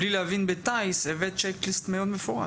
בלי להבין בטייס, הבאת צ'ק ליסט מאוד מפורט.